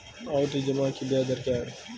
आवर्ती जमा की ब्याज दर क्या है?